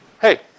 hey